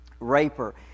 Raper